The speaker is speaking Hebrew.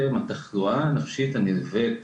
התחלואה הנפשית הנלווית